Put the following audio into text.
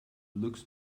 looks